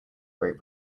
great